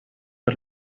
per